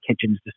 Kitchens